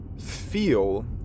feel